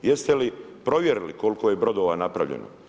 Jeste li provjerili koliko je brodova napravljeno?